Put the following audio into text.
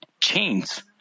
chains